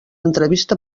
entrevista